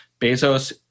Bezos